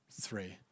three